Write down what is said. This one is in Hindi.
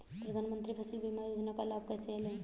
प्रधानमंत्री फसल बीमा योजना का लाभ कैसे लें?